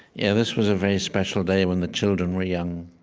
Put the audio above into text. yeah, this was a very special day when the children were young,